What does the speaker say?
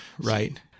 right